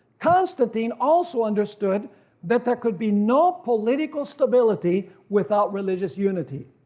constantine also understood that there could be no political stability without religious unity.